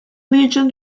legion